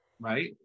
right